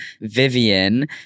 Vivian